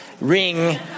ring